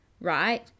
right